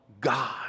God